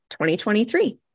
2023